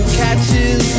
catches